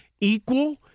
equal